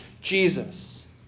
Jesus